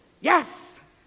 Yes